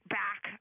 back